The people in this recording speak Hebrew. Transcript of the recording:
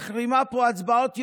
מחרימה פה הצבעות יומיים.